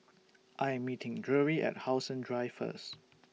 I Am meeting Drury At How Sun Drive First